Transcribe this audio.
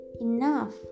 enough